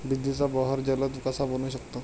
बिजलीचा बहर जलद कसा बनवू शकतो?